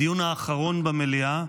בדיון האחרון במליאה